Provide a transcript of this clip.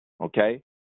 okay